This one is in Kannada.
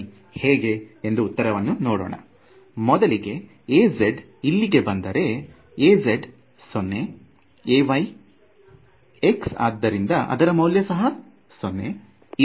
ಬನ್ನಿ ಹೇಗೆ ಎಂದು ಉತ್ತರವನ್ನು ನೋಡೋಣ ಮೊದಲಿಗೆ Az ಇಲ್ಲಿಗೆ ಬಂದರೆ Az 0 Ay x ಆದ್ದರಿಂದ ಇದರ ಮೌಲ್ಯ ಸಹ 0